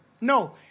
No